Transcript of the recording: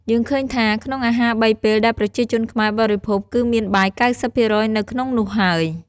យើងឃើញថា ក្នុងអាហារបីពេលដែលប្រជាជនខ្មែរបរិភោគគឺមានបាយ៩០%នៅក្នុងនោះហើយ។